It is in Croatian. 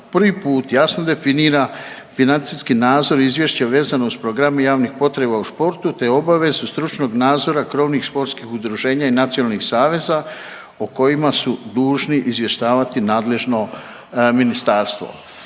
prvi put jasno definira financijski nadzor, izvješće vezano uz programe javnih potreba u športu te obavezu stručnog nadzora krovnih sportskih udruženja i nacionalnih saveza o kojima su dužni izvještavati nadležno ministarstvo.